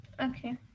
Okay